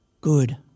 good